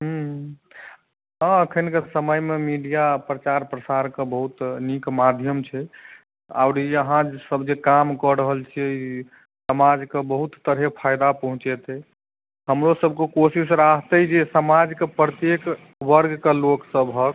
हुं हॅं अखन के समय मे मीडिया आ प्रचार प्रसार के बहुत नीक माध्यम छै आओर अहाँसब जे काम कऽ रहल छियै समाज के बहुत तरहे फायदा पहुचेतै हमरो सबके कोशिश रहतै जे समाज के प्रत्येक वर्ग के लोग सबहक